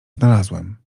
znalazłem